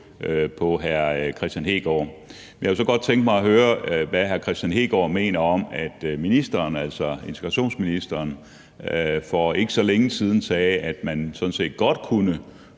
på hr. Kristian Hegaard. Men jeg kunne så godt tænke mig at høre, hvad hr. Kristian Hegaard mener om, at integrationsministeren for ikke så længe siden sagde, at man sådan set godt kunne